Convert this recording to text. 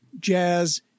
jazz